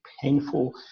painful